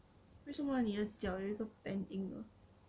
为什么你的脚有一个 pen ink 的